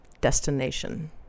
destination